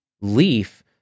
leaf